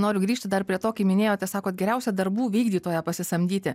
noriu grįžti dar prie to kai minėjote sakot geriausią darbų vykdytoją pasisamdyti